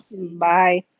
Bye